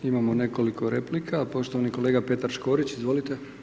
Imamo nekoliko replika, poštovani kolega Petar Škorić, izvolite.